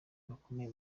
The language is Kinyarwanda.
bakomeye